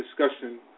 discussion